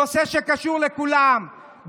נושא שקשור לכולם,